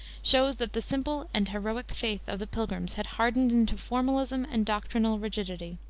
shows that the simple and heroic faith of the pilgrims had hardened into formalism and doctrinal rigidity.